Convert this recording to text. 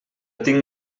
tinc